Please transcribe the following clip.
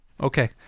okay